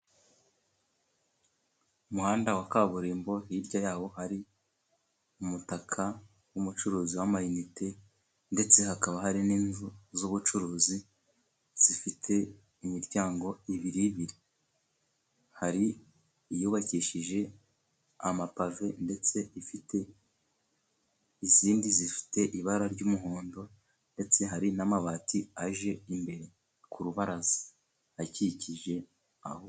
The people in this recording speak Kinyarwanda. Umuhanda wa kaburimbo, hirya yawo hari umutaka w'umucuruzi w'amanite, ndetse hakaba hari n'inzu z'ubucuruzi zifite imiryango ibiribiri. Hari iyubakishije amapave ndetse ifite izindi zifite ibara ry'umuhondo, ndetse hari n'amabati aje imbere ku rubaraza akikije aho.